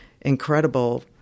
incredible